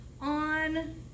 on